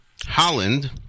Holland